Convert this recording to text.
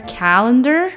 calendar